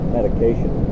medication